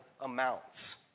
amounts